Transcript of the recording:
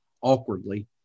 awkwardly